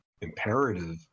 imperative